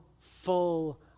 full